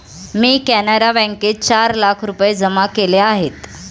मी कॅनरा बँकेत चार लाख रुपये जमा केले आहेत